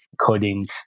coding